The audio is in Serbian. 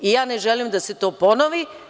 Ja ne želim da se to ponovi.